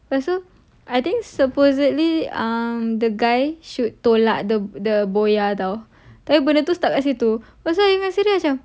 lepas tu I think supposedly err the guy should tolak the the boya [tau] tapi benda tu stuck kat situ lepas tu macam